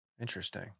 Interesting